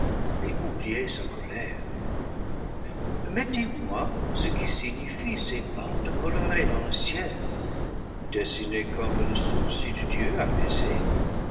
et oublier sa colère mais dis-moi ce que signifient ces bandes colorées dans le ciel dessinées comme le sourcil de dieu apaisé